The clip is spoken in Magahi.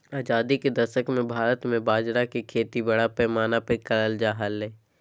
आजादी के दशक मे भारत मे बाजरा के खेती बड़ा पैमाना पर करल जा हलय